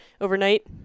overnight